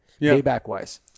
payback-wise